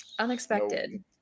Unexpected